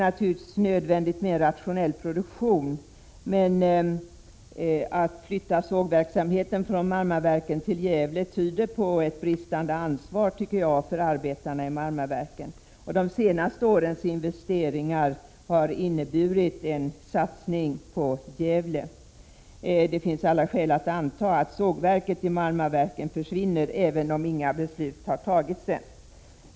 Naturligtvis är det nödvändigt med rationell produktion, men att flytta sågverksamheten från Marmaverken till Gävle tyder på att man känner bristande ansvar för arbetarna vid Marmaverken. De senaste årens investeringar har inneburit en satsning på Gävle. Det finns alla skäl att anta att sågverket vid Marmaverken försvinner, även om inga beslut har fattats än.